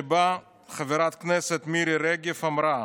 שבה חברת הכנסת מירי רגב אמרה: